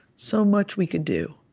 so much we could do,